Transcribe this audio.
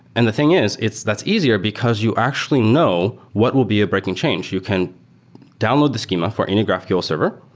and the thing is, that's easier because you actually know what will be a breaking change. you can download the schema for any graphql server.